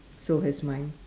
so has mine